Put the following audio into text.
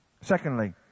Secondly